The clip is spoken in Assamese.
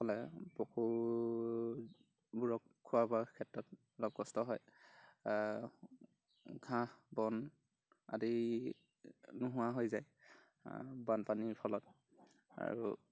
সকলে পশুবোৰক খোৱা বোৱা ক্ষেত্ৰত অলপ কষ্ট হয় ঘাঁহ বন আদি নোহোৱা হৈ যায় বানপানীৰ ফলত আৰু